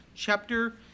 Chapter